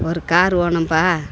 ஒரு காரு வேணும்பா